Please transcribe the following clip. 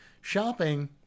shopping